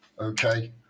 okay